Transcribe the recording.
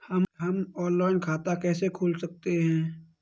हम ऑनलाइन खाता कैसे खोल सकते हैं?